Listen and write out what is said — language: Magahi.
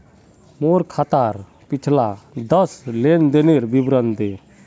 मोर खातार पिछला दस लेनदेनेर विवरण दे